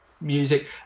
music